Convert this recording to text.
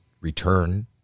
return